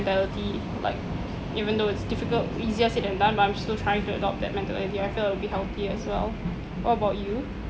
mentality like even though it's difficult easier said than done but I'm still trying to adopt that mentality I feel like it will be healthy as well what about you